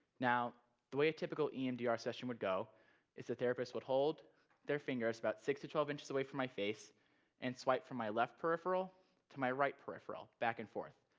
now, the way a typical emdr session would go is the therapist would hold their fingers about six to twelve inches away from my face and swipe from my left peripheral to my right peripheral, back and forth.